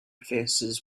faces